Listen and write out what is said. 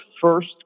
first